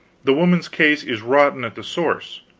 the woman's case is rotten at the source.